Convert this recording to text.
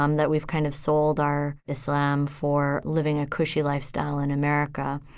um that we've kind of sold our islam for living a cushy lifestyle in america.